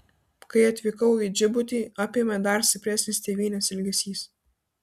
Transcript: kai atvykau į džibutį apėmė dar stipresnis tėvynės ilgesys